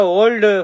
old